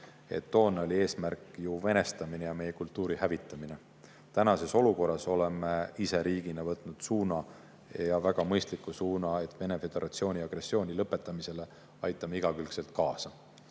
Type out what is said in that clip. Toona oli eesmärk venestamine ja meie kultuuri hävitamine. Praeguses olukorras me oleme ise riigina võtnud suuna, ja väga mõistliku suuna, et me aitame Vene Föderatsiooni agressiooni lõpetamisele igakülgselt kaasa.